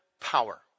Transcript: power